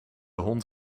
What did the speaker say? hond